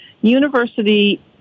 university